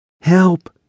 Help